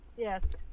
Yes